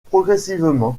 progressivement